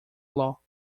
law